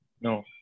No